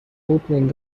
opening